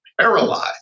paralyzed